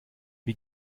wie